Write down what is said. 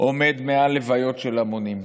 עומד מעל לוויות של המונים.